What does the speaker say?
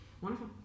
Wonderful